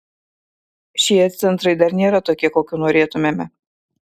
šie centrai dar nėra tokie kokių norėtumėme